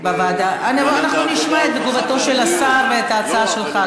אנחנו נשמע את תגובתו של השר ואת ההצעה שלך,